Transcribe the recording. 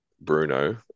Bruno